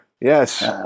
Yes